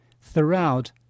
throughout